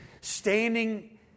standing